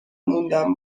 موندم